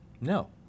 No